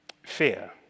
fear